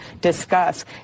discuss